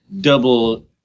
double